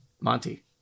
Monty